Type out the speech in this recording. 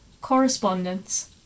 correspondence